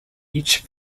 each